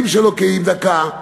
כולנו עמדנו וגינינו.